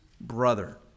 brother